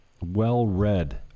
Well-read